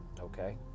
Okay